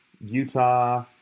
Utah